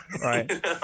Right